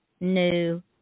new